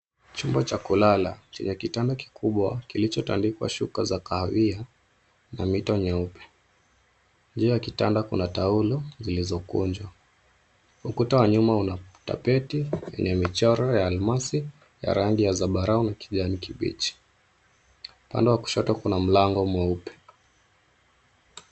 Chumba cha kulala chenye kitanda kikubwa kilichotandikwa shuka za kahawia na mito nyeupe. Juu ya kitanda kuna taulo zilizokunjwa. Ukuta wa nyuma una tapeti yenye michoro ya almasi ya rangi zambarau na kijani kibichi. Upande wa kushoto kuna mlango mweupe.